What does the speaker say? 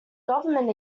government